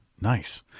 nice